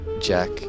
Jack